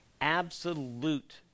absolute